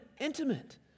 intimate